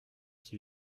qui